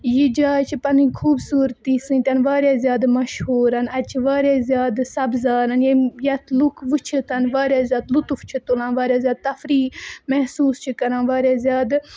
یہِ جاے چھِ پَنٕںۍ خوٗبصوٗرتی سۭتۍ واریاہ زیادٕ مشہوٗر اَتہِ چھِ واریاہ زیادٕ سبزار یٔمۍ یَتھ لُکھ وٕچھِتھ واریاہ زیادٕ لطف چھِ تُلان واریاہ زیادٕ تفریٖح محسوٗس چھِ کَران واریاہ زیادٕ